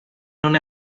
non